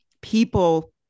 people